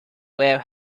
were